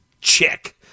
chick